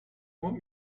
want